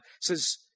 says